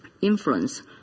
influence